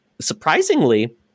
Surprisingly